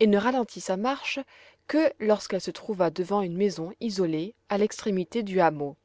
et ne ralentit sa marche que lorsqu'elle se trouva devant une maison isolée à l'extrémité du hameau